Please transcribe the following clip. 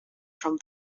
from